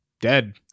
dead